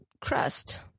crust